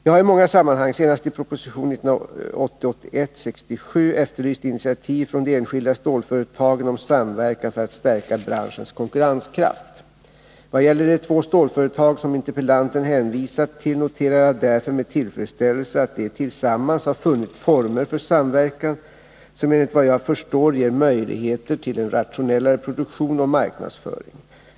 Jag har i många sammanhang-— senast i prop. 1980/81:67 — efterlyst initiativ från de enskilda stålföretagen om samverkan för att stärka branschens konkurrenskraft. Vad gäller de två stålföretag som interpellanten hänvisat till noterar jag därför med tillfredsställelse att de tillsammans har funnit former för samverkan, som enligt vad jag förstår ger möjligheter till en rationellare produktion och marknadsföring.